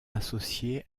associée